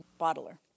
Bottler